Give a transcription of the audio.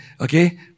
okay